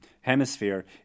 hemisphere